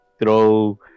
throw